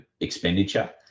expenditure